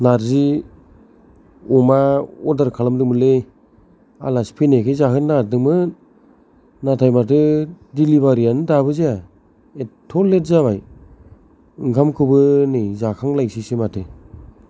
नारजि अमा अर्दार खालामदोंमोन लै आलासि फैनायखाय जाहोनो नागिरदोंमोन नाथाय माथो दिलिबारियानो दाबो जाया एथथ' लेत जाबाय ओंखामखौबो नै जाखांलायनोसैसो माथो